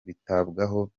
bitabwaho